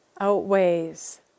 outweighs